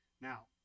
Now